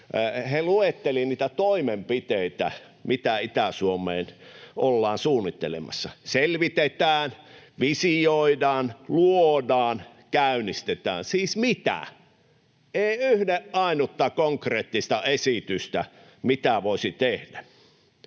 He luettelivat niitä toimenpiteitä, mitä Itä-Suomeen ollaan suunnittelemassa: selvitetään, visioidaan, luodaan, käynnistetään. Siis mitä? Ei yhden ainutta konkreettista esitystä, mitä voisi tehdä.